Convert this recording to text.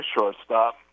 shortstop